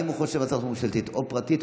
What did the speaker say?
אם הוא חושב על הצעת חוק ממשלתית או פרטית,